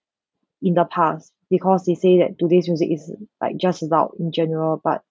in the past because he say that today's music is in like just about in general but